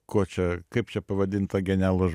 kuo čia kaip čia pavadint tą genialų